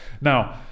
now